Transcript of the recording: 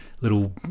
little